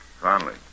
Conley